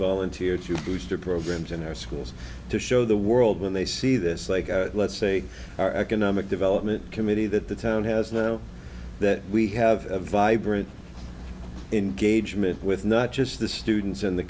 volunteer to boost their programs in our schools to show the world when they see this like let's say our economic development committee that the town has now that we have a vibrant gauge met with not just the students in the